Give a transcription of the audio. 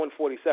147